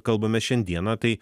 kalbame šiandieną tai